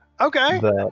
Okay